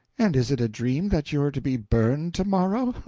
and is it a dream that you're to be burned to-morrow?